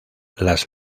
las